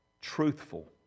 truthful